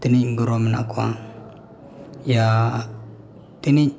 ᱛᱤᱱᱟᱹᱜ ᱜᱨᱚᱦᱚ ᱢᱮᱱᱟᱜ ᱠᱚᱣᱟᱭᱟ ᱭᱟ ᱛᱤᱱᱟᱹᱜ